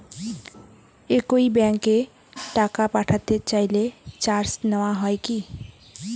একই ব্যাংকে টাকা পাঠাতে চাইলে চার্জ নেওয়া হয় কি?